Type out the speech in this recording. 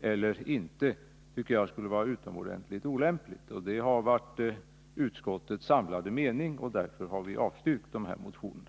transportstödsområdet tycker jag vore utomordentligt olämpligt. Detta har också varit utskottets samlade mening, och därför har vi avstyrkt de här motionerna.